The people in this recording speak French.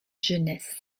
jeunesse